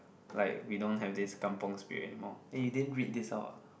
like we don't have this kampung Spirit anymore eh you didn't read this out ah